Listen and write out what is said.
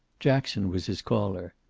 jackson was his caller.